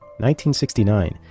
1969